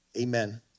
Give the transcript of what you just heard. Amen